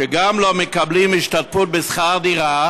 גם לא מקבלים השתתפות בשכר-דירה,